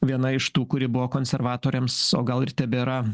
viena iš tų kuri buvo konservatoriams o gal ir tebėra